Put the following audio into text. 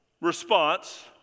response